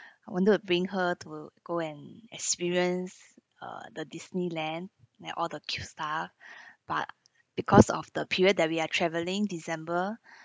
I wanted to bring her to go and experience uh the disneyland there all the cute stuff but because of the period that we are travelling december